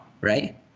right